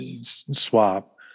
swap